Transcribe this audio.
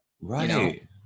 right